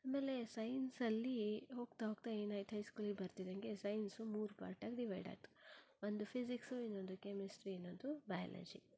ಆಮೇಲೆ ಸೈನ್ಸಲ್ಲಿ ಹೋಗ್ತಾ ಹೋಗ್ತಾ ಏನಾಯಿತು ಹೈಸ್ಕೂಲಿಗೆ ಬರ್ತಿದ್ದಂಗೆ ಸೈನ್ಸ್ ಮೂರು ಪಾರ್ಟಾಗಿ ಡಿವೈಡ್ ಆಯಿತು ಒಂದು ಫಿಸಿಕ್ಸ್ ಇನ್ನೊಂದು ಕೆಮಿಸ್ಟ್ರಿ ಇನ್ನೊಂದು ಬಯಾಲಜಿ